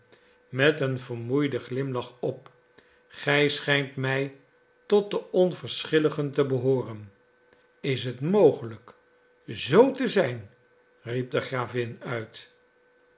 met een vermoeiden glimlach op gij schijnt mij tot de onverschilligen te behooren is het mogelijk zoo te zijn riep de gravin uit